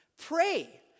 pray